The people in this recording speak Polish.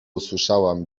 usłyszałam